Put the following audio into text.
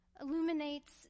illuminates